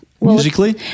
Musically